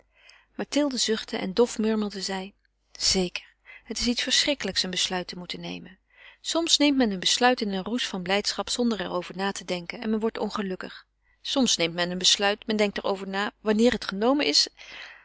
mathilde zuchtte en dof murmelde zij zeker het is iets verschrikkelijks een besluit te moeten nemen soms neemt men een besluit in een roes van blijdschap zonder er over na te denken en men wordt ongelukkig soms neemt men een besluit men denkt er over na wanneer het genomen is